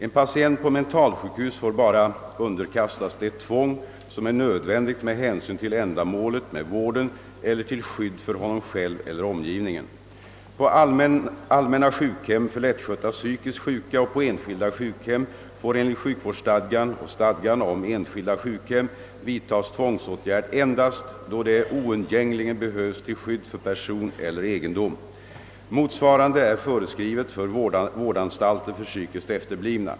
En patient på mentalsjukhus får bara underkastas det tvång som är nödvändigt med hänsyn till ändamålet med vården eller till skydd för honom själv eller omgivningen. På allmänna sjukhem för lättskötta psykiskt sjuka och på enskilda sjukhem får enligt sjukvårdsstadgan och stadgan om enskilda sjukhem vidtas tvångsåtgärd endast då det oundgängligen behövs till skydd för person eller egendom. Motsvarande är föreskrivet för vårdanstalter för psykiskt efterblivna.